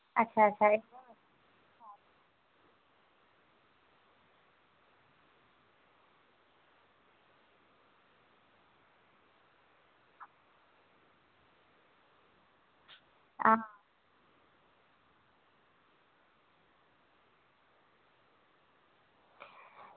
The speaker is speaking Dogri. अच्छा अच्छा